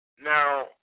Now